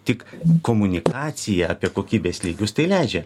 tik komunikacija apie kokybės lygius tai leidžia